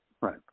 right